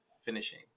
finishing